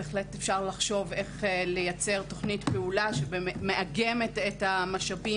בהחלט אפשר לחשוב איך לייצר תוכנית פעולה שמאגמת את המשאבים